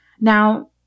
Now